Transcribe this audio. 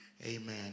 amen